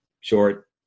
short